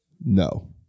no